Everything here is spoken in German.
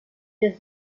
der